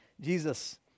Jesus